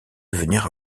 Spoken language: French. devenir